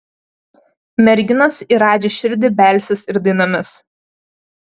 merginos į radži širdį belsis ir dainomis